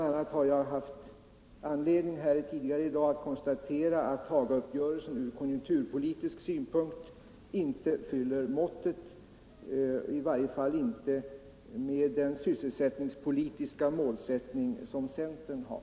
a. har jag tidigare i dag haft anledning att konstatera att Hagauppgörelsen från konjunkturpolitisk synpunkt inte håller måttet — i varje fall inte med den sysselsättningspolitiska målsättning som centern har.